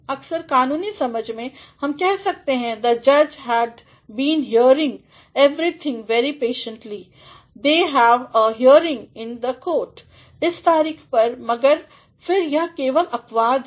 अक्सर कानूनी समझ में हम कह सकते हैं द जज had been hearing everything very patiently they have a hearing in the court इस तारीख पर मगर फिर यह केवल अपवाद हैं